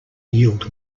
yield